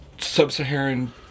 sub-Saharan